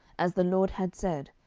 as the lord had said,